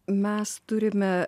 mes turime